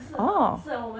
oh